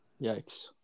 Yikes